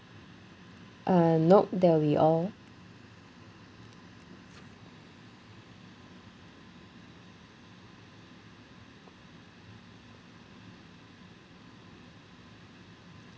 uh no that will be all